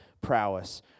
prowess